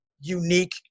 unique